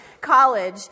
college